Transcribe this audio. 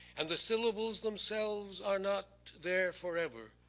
and the syllables themselves are not there forever.